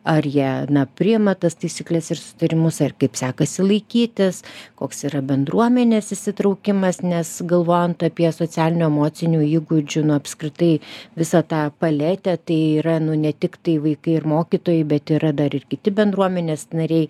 ar jie priima tas taisykles ir susitarimus ar kaip sekasi laikytis koks yra bendruomenės įsitraukimas nes galvojant apie socialinių emocinių įgūdžių nu apskritai visą tą paletę tai yra nu ne tiktai vaikai ir mokytojai bet yra dar ir kiti bendruomenės nariai